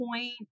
point